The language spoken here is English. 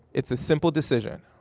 it's a simple decision.